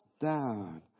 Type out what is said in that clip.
down